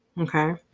okay